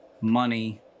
money